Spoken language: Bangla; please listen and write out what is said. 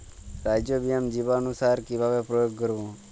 রাইজোবিয়াম জীবানুসার কিভাবে প্রয়োগ করব?